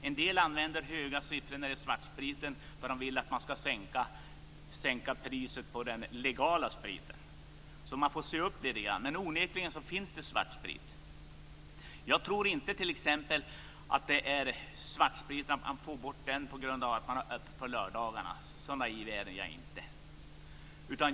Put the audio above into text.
En del använder höga siffror när det gäller svartspriten för att de vill att man ska sänka priset på den legala spriten, så man får se upp lite grann. Men onekligen finns det svartsprit. Jag tror t.ex. inte att man får bort svartspriten på grund av att man har öppet på lördagarna. Så naiv är jag inte.